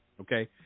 okay